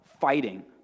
fighting